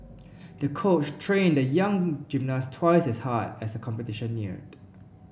the coach trained the young gymnast twice as hard as the competition neared